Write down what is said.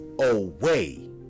away